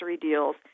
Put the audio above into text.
deals